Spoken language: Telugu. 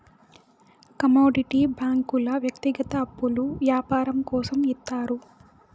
కమోడిటీ బ్యాంకుల వ్యక్తిగత అప్పులు యాపారం కోసం ఇత్తారు